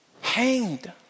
hanged